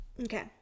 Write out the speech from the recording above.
Okay